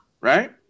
right